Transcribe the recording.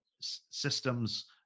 systems